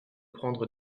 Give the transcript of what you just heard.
prendre